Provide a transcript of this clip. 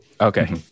Okay